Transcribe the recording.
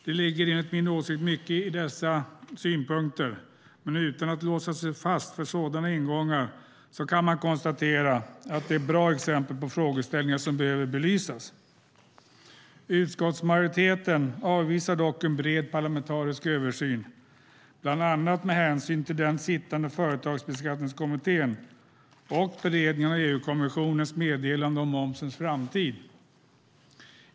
Det ligger enligt min åsikt mycket i dessa synpunkter, men utan att låsa sig fast vid sådana ingångar kan man konstatera att de är bra exempel på frågeställningar som behöver belysas. Utskottsmajoriteten avvisar dock en bred parlamentarisk översyn, bland annat med hänsyn till den sittande företagsbeskattningskommittén och beredningen av EU-kommissionens meddelande om momsens framtid.